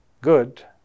good